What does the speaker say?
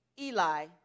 Eli